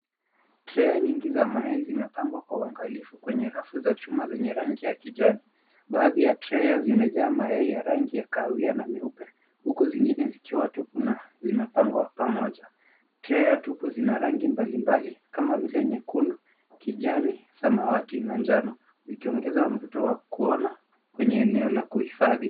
Trei nyingi za mayai zimepangwa kwa uangalifu kwenye rafu za chuma zenye rangi ya kijani. Baadhi ya trei zimejaa mayai ya rangi ya kahawia na meupe huku zingine zikiwa tupu na zimepagwa pamoja. Trei tupu zina rangi mbalimbali kama vile nyekundu, kijani, samawati na njano vikiongeza mvuto wa kuona kwenye eneo la kuhifadhi.